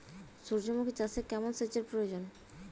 সূর্যমুখি চাষে কেমন সেচের প্রয়োজন?